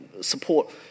support